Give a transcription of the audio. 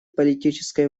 политической